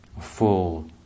full